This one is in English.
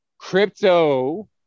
Crypto